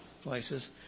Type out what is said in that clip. places